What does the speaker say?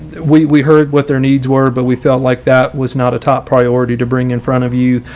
we we heard what their needs were, but we felt like that was not a top priority to bring in front of you.